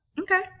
Okay